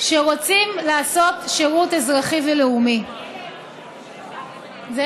שרוצים לעשות שירות אזרחי ולאומי, זהו?